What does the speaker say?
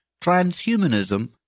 transhumanism